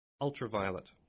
Ultraviolet